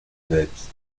selbst